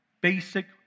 basic